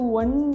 one